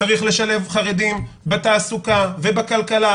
צריך לשלב חרדים בתעסוקה ובכלכלה,